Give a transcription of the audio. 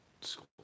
school